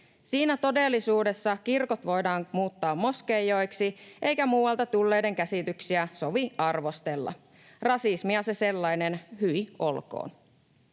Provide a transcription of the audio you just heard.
Siinä todellisuudessa kirkot voidaan muuttaa moskeijoiksi eikä muualta tulleiden käsityksiä sovi arvostella — rasismia se sellainen, hyi olkoon.